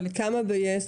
גם תלונות ביס?